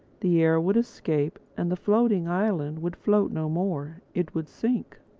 the air would escape and the floating island would float no more. it would sink.